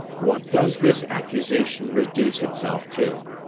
what does this accusation reduce itself to?